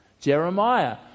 Jeremiah